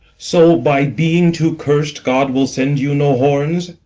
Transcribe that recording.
so, by being too curst, god will send you no horns?